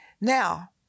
Now